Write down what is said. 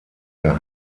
der